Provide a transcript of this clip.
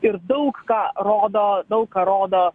ir daug ką rodo daug ką rodo